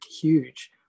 huge